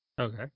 Okay